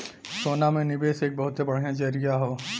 सोना में निवेस एक बहुते बढ़िया जरीया हौ